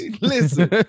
Listen